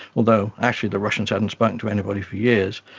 although actually the russians hadn't spoken to anybody for years,